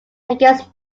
against